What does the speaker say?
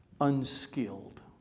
unskilled